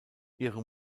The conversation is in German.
ihre